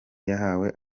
yahawe